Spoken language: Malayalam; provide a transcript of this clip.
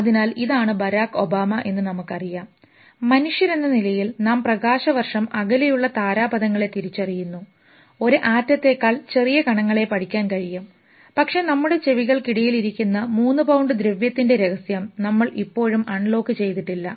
അതിനാൽ ഇതാണ് ബരാക് ഒബാമ നമുക്കറിയാം മനുഷ്യരെന്ന നിലയിൽ നാം പ്രകാശവർഷം അകലെയുള്ള താരാപഥങ്ങളെ തിരിച്ചറിയുന്നു ഒരു ആറ്റത്തേക്കാൾ ചെറിയ കണങ്ങളെ പഠിക്കാൻ കഴിയും പക്ഷേ നമ്മുടെ ചെവികൾക്കിടയിൽ ഇരിക്കുന്ന മൂന്ന് പൌണ്ട് ദ്രവ്യത്തിൻറെ രഹസ്യം നമ്മൾ ഇപ്പോഴും അൺലോക്ക് ചെയ്തിട്ടില്ല